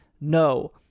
no